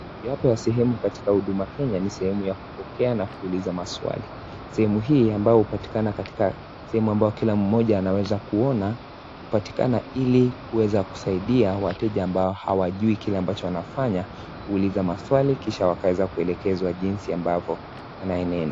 Mojawapo ya sehemu katika huduma Kenya ni sehemu ya kupokea na kuuliza maswali sehemu hii ambao hupatikana katika sehemu kila mmoja anaweza kuona upatikana ilikuweza kusaidia wateja ambao hawajui kile ambacho wanafanya kuuliza mawali kisha wakaweza kuelekezwa jinsi ambavyo yanaenendwa.